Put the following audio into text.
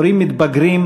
הורים מתבגרים,